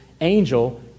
angel